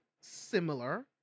similar